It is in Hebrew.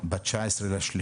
ב-19.3